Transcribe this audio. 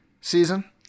season